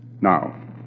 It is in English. Now